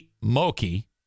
Moki